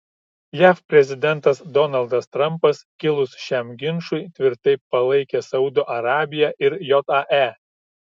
jav prezidentas donaldas trampas kilus šiam ginčui tvirtai palaikė saudo arabiją ir jae